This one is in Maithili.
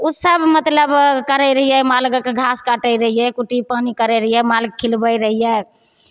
उ सब मतलब करय रहियै माल घास काटय रहियै कुट्टी पानी करय रहियै मालके खिलबय रहियै